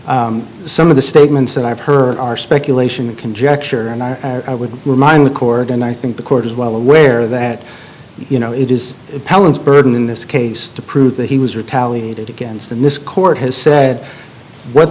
think some of the statements that i've heard are speculation and conjecture and i would remind the court and i think the court is well aware that you know it is helen's burden in this case to prove that he was retaliated against and this court has said what